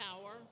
power